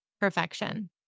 perfection